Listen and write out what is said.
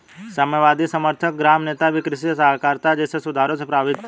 साम्यवादी समर्थक ग्राम नेता भी कृषि सहकारिता जैसे सुधारों से प्रभावित थे